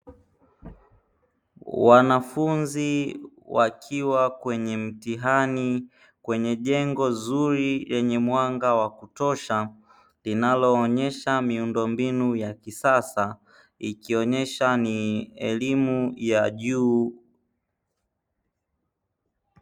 Wanafunzi wakiwa kwenye mtihani kwenye jengo zuri lenye mwanga wa kutosha, linaloonyesha miundombinu ya kisasa ikionyesha ni elimu ya juu.